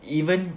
even